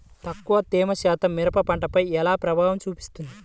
తక్కువ తేమ శాతం మిరప పంటపై ఎలా ప్రభావం చూపిస్తుంది?